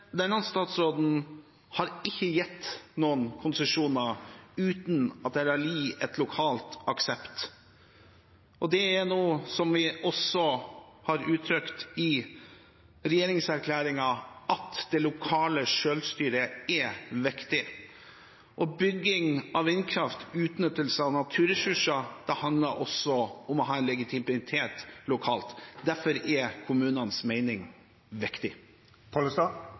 denne regjeringen. Denne statsråden har ikke gitt noen konsesjoner uten at det har ligget en lokal aksept for det. Det er noe vi også har uttrykt i regjeringserklæringen, at det lokale selvstyret er viktig. Bygging av vindkraft og utnyttelse av naturressurser handler også om å ha en legitimitet lokalt. Derfor er kommunenes